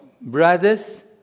brothers